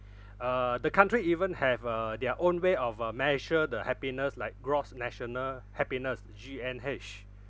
uh the country even have uh their own way of uh measure the happiness like gross national happiness G_N_H